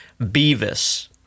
Beavis